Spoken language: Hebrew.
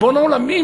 ריבון העולמים,